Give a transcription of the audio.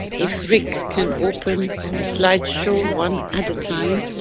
if rick can open the slide show one at the time,